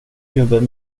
gubben